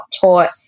taught